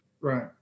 Right